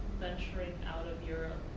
venturing out of your